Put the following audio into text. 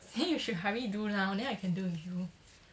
then you should hurry do now then I can do with you